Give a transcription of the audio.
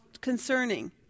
concerning